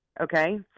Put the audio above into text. okay